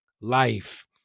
life